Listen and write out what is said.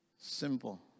Simple